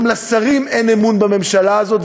גם לשרים אין אמון בממשלה הזאת,